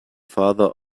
father